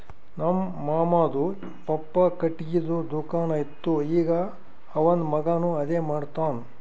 ನಮ್ ಮಾಮಾದು ಪಪ್ಪಾ ಖಟ್ಗಿದು ದುಕಾನ್ ಇತ್ತು ಈಗ್ ಅವಂದ್ ಮಗಾನು ಅದೇ ಮಾಡ್ತಾನ್